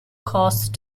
cost